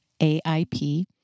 AIP